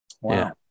Wow